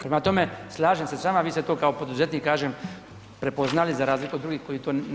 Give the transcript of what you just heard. Prema tome, slažem se s vama, vi ste to kao poduzetnik, kažem prepoznali, za razliku od drugih koji to ne vide.